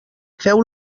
feu